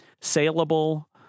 saleable